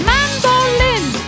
Mandolin